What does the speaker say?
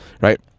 right